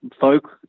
folk